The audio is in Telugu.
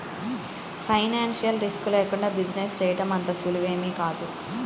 ఫైనాన్షియల్ రిస్క్ లేకుండా బిజినెస్ చేయడం అంత సులువేమీ కాదు